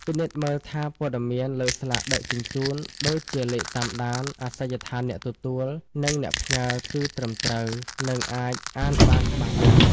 ពិនិត្យមើលថាព័ត៌មានលើស្លាកដឹកជញ្ជូន ដូចជាលេខតាមដាន អាសយដ្ឋានអ្នកទទួល និងអ្នកផ្ញើ គឺត្រឹមត្រូវ និងអាចអានបានច្បាស់លាស់។